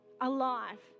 alive